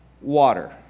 water